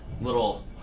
little